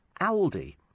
Aldi